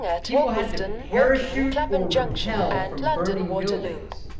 people had to parachute or repel from burning buildings.